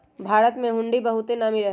भारत में हुंडी बहुते नामी रहै